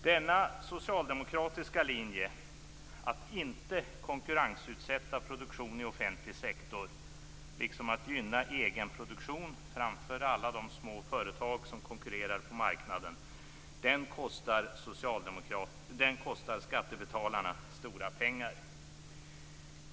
Denna socialdemokratiska linje att inte konkurrensutsätta produktion i offentlig sektor, liksom att gynna egenproduktion framför alla de små företag som konkurrerar på marknaden, kostar skattebetalarna stora pengar.